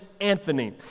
Anthony